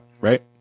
Right